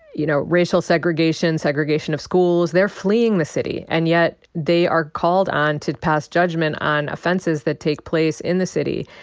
you know, racial segregation, segregation of schools. they're fleeing the city, and yet they are called on to pass judgment on offenses that take place in the city.